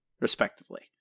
respectively